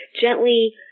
gently